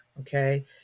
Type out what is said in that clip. okay